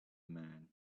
man